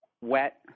wet